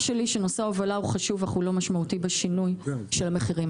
שלי שנושא ההובלה הוא חשוב אבל לא משמעותי בשינוי של המחיר.